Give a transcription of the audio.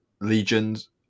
Legions